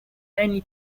only